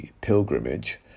Pilgrimage